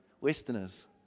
Westerners